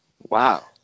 Wow